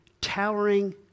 towering